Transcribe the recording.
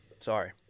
Sorry